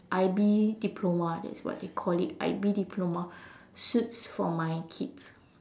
I_B diploma that's what they call it I_B diploma suits for my kids